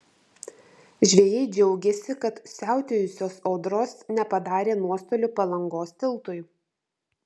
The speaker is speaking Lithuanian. žvejai džiaugėsi kad siautėjusios audros nepadarė nuostolių palangos tiltui